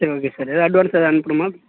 சரி okay sir ஏதாவது advance ஏதாவது அனுப்புனுமா